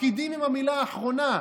הפקידים הם עם המילה האחרונה.